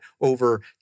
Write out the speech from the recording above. over